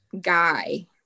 guy